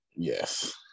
Yes